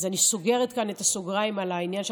אז אני סוגרת כאן את הסוגריים על העניין.